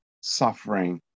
suffering